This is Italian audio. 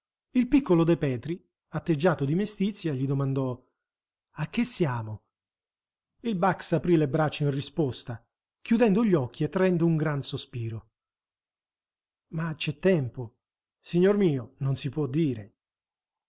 il piccolo de petri atteggiato di mestizia gli domandò a che siamo il bax aprì le braccia in risposta chiudendo gli occhi e traendo un gran sospiro ma c'è tempo signor mio non si può dire